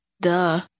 Duh